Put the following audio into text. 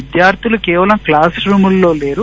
విద్యార్లులు కేవలం క్లాస్ రూముల్లో లేరు